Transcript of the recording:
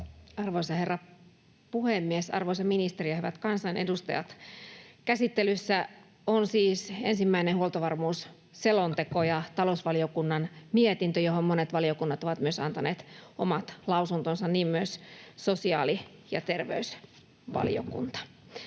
Arvoisa herra puhemies, arvoisa ministeri ja hyvät kansanedustajat! Käsittelyssä on siis ensimmäinen huoltovarmuusselonteko ja talousvaliokunnan mietintö, johon monet valiokunnat ovat myös antaneet omat lausuntonsa, niin myös sosiaali- ja terveysvaliokunta.